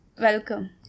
welcome